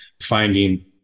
finding